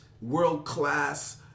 world-class